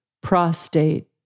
prostate